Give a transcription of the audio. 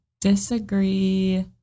Disagree